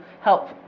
help